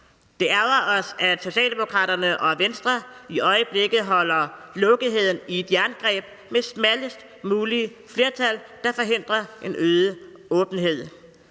Det ærgrer os, at Socialdemokraterne og Venstre i øjeblikket holder lukketheden i et jerngreb med smallest mulige flertal, der forhindrer en øget åbenhed.